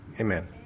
Amen